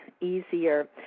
easier